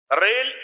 Rail